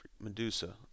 Medusa